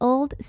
Old